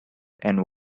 and